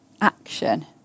action